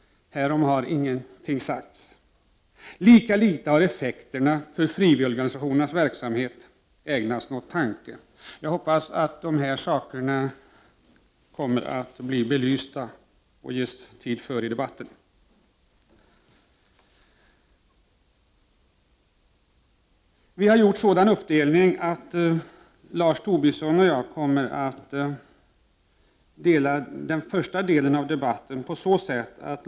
Härom har det inte sagts någonting. Lika litet har effekterna för frivilligorganisationens verksamhet ägnats någon tanke. Jag hoppas att dessa frågor kommer att belysas senare under debatten. Bland de moderata deltagarna i debatten har vi gjort en sådan uppdelning att Lars Tobisson och jag kommer att delta under debattens första del.